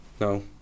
No